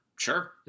Sure